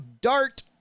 Dart